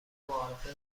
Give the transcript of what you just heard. معارفه